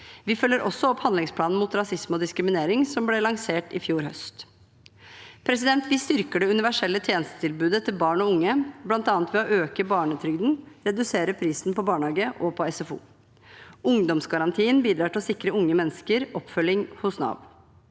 Vi følger også opp handlingsplanen mot rasisme og diskriminering som ble lansert i fjor høst. Vi styrker det universelle tjenestetilbudet til barn og unge, bl.a. ved å øke barnetrygden og redusere prisen på barnehage og SFO. Ungdomsgarantien bidrar til å sikre